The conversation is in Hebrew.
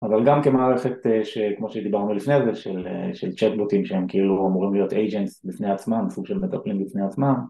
אבל גם כמערכת שכמו שדיברנו לפני זה של צ'טבוטים שהם כאילו אמורים להיות Agents בפני עצמם, סוג של מטפלים לפני עצמם